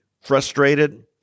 frustrated